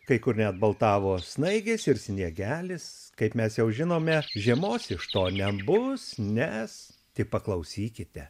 kai kur net baltavo snaigės ir sniegelis kaip mes jau žinome žiemos iš to nebus nes tik paklausykite